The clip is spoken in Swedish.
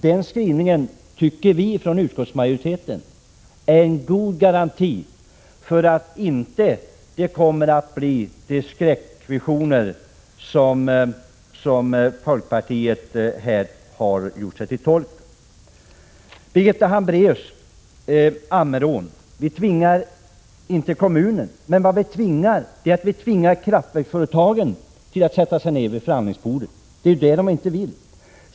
Denna skrivning anser vi från utskottsmajoriteten är en god garanti mot de skräckvisioner som folkpartiet här har gjort sig till tolk för. Ammerån, Birgitta Hambraeus: Vi tvingar inte kommunen, men vi tvingar kraftverksföretagen att sätta sig vid förhandlingsbordet. Det är ju det de inte vill.